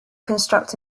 construct